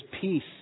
peace